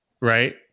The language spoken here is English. right